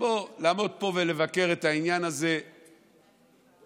לעמוד פה ולבקר את העניין הזה, בואו.